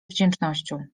wdzięcznością